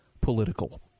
political